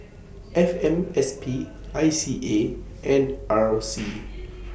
F M S P I C A and R C